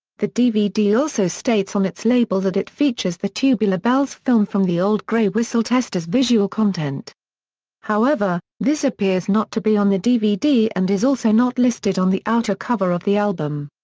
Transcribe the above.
the dvd also states on its label that it features the tubular bells film from the old grey whistle test as visual content however, this appears not to be on the dvd and is also not listed on the outer cover of the album.